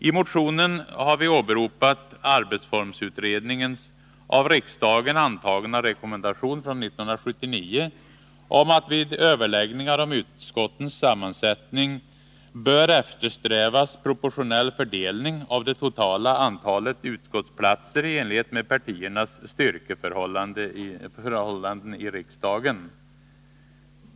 I motionen har vi åberopat arbetsformsutredningens av riksdagen antagna rekommendation från 1979 om att vid överläggningar om utskottens sammansättning ”bör eftersträvas proportionell fördelning av det totala antalet utskottsplatser i enlighet med partiernas styrkeförhållanden i riksdagen”.